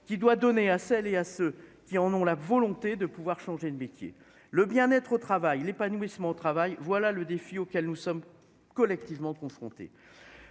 qui doit donner à celles et à ceux qui en ont la volonté de pouvoir changer de métier. Le bien-être au travail l'épanouissement au travail, voilà le défi auquel nous sommes collectivement confrontés